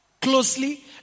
closely